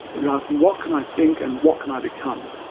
you're asking what can i think and what can i become?